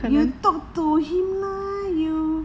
you talk to him lah you